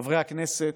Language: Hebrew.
חברי הכנסת,